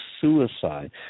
suicide